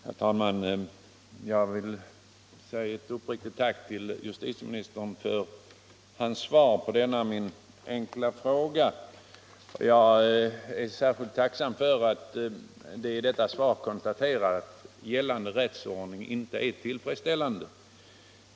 Herr talman! Jag vill rikta ett uppriktigt tack till justitieministern för hans svar på min fråga. Jag är särskilt tacksam för att det i svaret konstateras att gällande rättsordning inte är tillfredsställande.